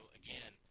again –